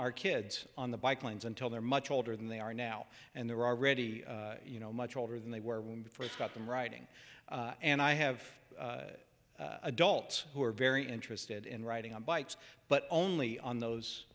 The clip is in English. our kids on the bike lanes until they're much older than they are now and they're already you know much older than they were when we first got them riding and i have adults who are very interested in riding on bikes but only on those